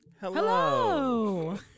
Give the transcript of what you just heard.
Hello